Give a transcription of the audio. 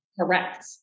Correct